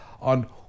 on